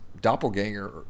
doppelganger